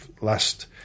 last